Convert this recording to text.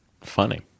funny